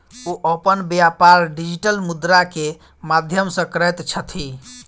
ओ अपन व्यापार डिजिटल मुद्रा के माध्यम सॅ करैत छथि